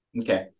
Okay